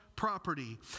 Property